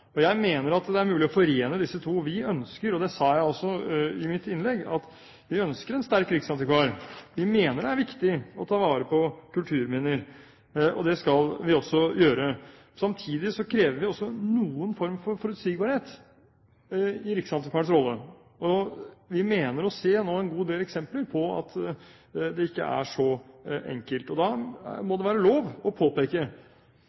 Jeg mener det er mulig å forene disse to. Vi ønsker – og det sa jeg også i mitt innlegg – en sterk riksantikvar, vi mener det er viktig å ta vare på kulturminner. Det skal vi også gjøre. Samtidig krever vi også en viss form for forutsigbarhet i riksantikvarens rolle, og vi mener å se nå en god del eksempler på at det ikke er så enkelt. Da